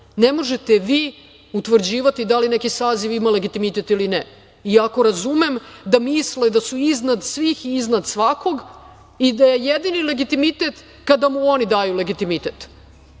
Ne možete vi utvrđivati da li neki saziv ima legitimitet ili ne, iako razumem da misle da su iznad svih i iznad svakog i da je jedini legitimitet kada mu oni daju legitimitet. Pa